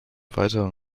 weiteren